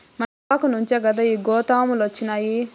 మన గోగాకు నుంచే కదా ఈ గోతాములొచ్చినాయి